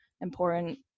important